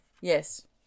Yes